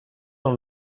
dans